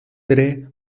tre